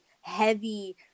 heavy